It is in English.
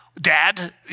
dad